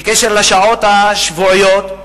בקשר לשעות השבועיות,